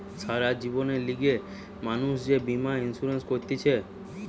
সারা জীবনের লিগে মানুষ যে বীমা ইন্সুরেন্স করতিছে